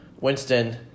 Winston